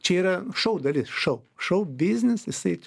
čia yra šou dalis šou šou biznis jisai